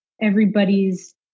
everybody's